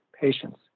patients